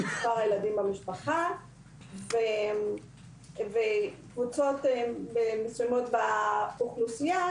מספר הילדים במשפחה וקבוצות מסוימות באוכלוסייה,